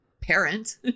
parent